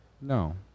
no